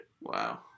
Wow